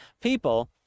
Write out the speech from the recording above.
people